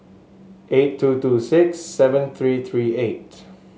eight two two six seven three three eight